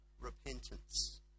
repentance